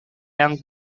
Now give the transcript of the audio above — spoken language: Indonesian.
yang